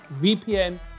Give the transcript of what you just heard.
vpn